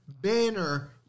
banner